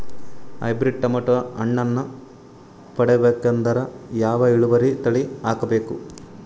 Hybrid tomato ಹಣ್ಣನ್ನ ಪಡಿಬೇಕಂದರ ಯಾವ ಇಳುವರಿ ತಳಿ ಹಾಕಬೇಕು?